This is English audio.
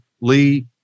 Lee